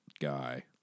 guy